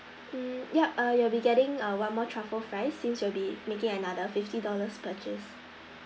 mm yup err you will be getting err one more truffle fries since you will be making another fifty dollars purchase